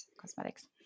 Cosmetics